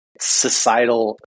societal